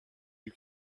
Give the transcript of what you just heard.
you